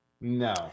No